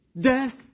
Death